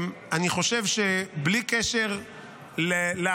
אני חושב שבלי קשר לעמדות,